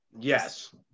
Yes